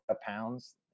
pounds